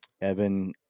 Evan